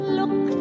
look